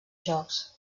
jocs